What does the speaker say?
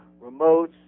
remotes